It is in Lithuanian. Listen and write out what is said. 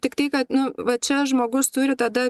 tiktai kad nu va čia žmogus turi tada